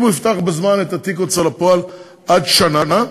אם הוא יפתח בזמן את תיק ההוצאה לפועל, עד שנה,